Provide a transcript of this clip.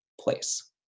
place